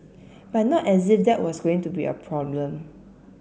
but not as if that was going to be a problem